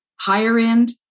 higher-end